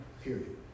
Period